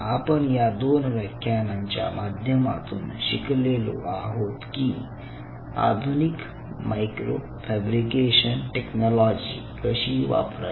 आपण या दोन व्याख्यानांच्या माध्यमातून शिकलेलो आहोत की आधुनिक मायक्रो फॅब्रिकेशन टेक्नॉलॉजी कशी वापरायची